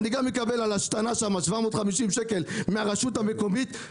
גם אקבל דוח על השתנה בסך 750 שקל מהרשות המקומית.